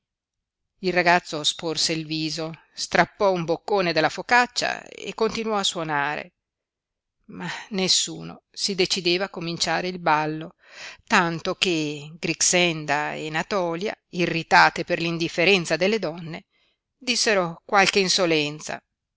il ragazzo sporse il viso strappò un boccone dalla focaccia e continuò a suonare non si decideva a cominciare il ballo tanto che grixenda e natòlia irritate per l'indifferenza delle donne dissero qualche insolenza